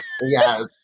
Yes